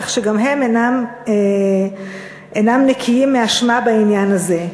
כך שגם הם אינם נקיים מאשמה בעניין הזה.